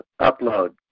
upload